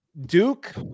Duke